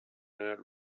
not